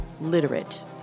literate